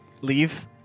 leave